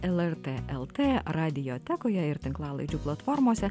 lrt lt radiotekoje ir tinklalaidžių platformose